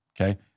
Okay